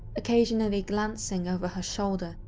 occasionally glancing over her shoulder,